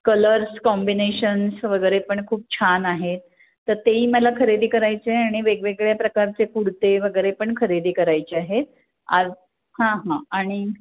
colours combinations वगैरे पण खूप छान आहेत तर तेही मला खरेदी करायचे आहे आणि वेगवेगळ्या प्रकारचे कुडते वगैरे पण खरेदी करायचे आहेत आज हां हां आणि